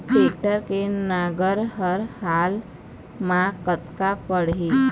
Tractor के नांगर हर हाल मा कतका पड़िही?